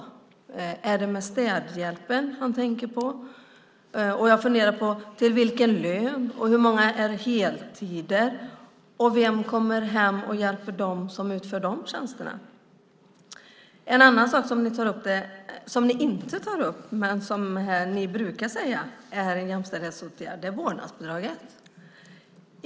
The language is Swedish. Är det städhjälpen han tänker på? Till vilken lön? Hur många är heltider? Vem kommer hem och hjälper dem som utför dessa tjänster? En sak som ni inte tar upp, men som ni brukar säga är en jämställdhetsåtgärd, är vårdnadsbidraget.